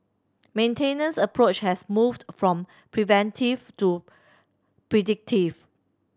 maintenance approach has moved from preventive to predictive